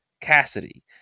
Cassidy